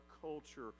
culture